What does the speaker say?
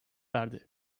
verdi